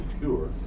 pure